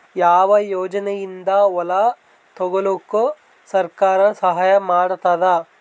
ಯಾವ ಯೋಜನೆಯಿಂದ ಹೊಲ ತೊಗೊಲುಕ ಸರ್ಕಾರ ಸಹಾಯ ಮಾಡತಾದ?